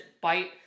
bite